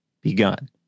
begun